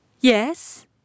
Yes